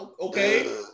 okay